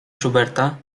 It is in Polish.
schuberta